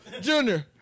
Junior